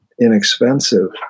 inexpensive